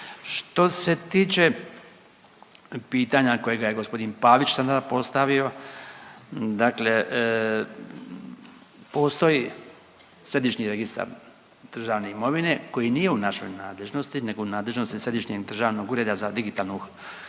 Što se tiče pitanja kojega je gospodin Pavić sada postavio, dakle postoji Središnji registar državne imovine koji nije u našoj nadležnosti nego u nadležnosti Središnjeg državnog ureda za digitalnu,